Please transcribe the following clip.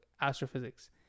astrophysics